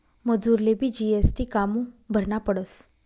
मजुरलेबी जी.एस.टी कामु भरना पडस?